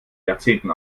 jahrzehnten